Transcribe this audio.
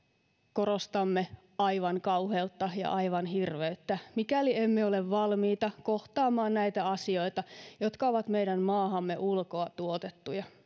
korostamme aivan kauheutta ja aivan hirveyttä mikäli emme ole valmiita kohtaamaan näitä asioita jotka ovat meidän maahamme ulkoa tuotuja